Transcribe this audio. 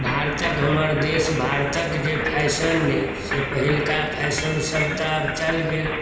भारतक हमर देश भारतक जे फैशन अछि से पहिलुका फैशनसभ तऽ आब चलि गेल